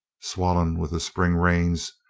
swollen with the spring rains,